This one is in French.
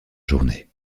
journée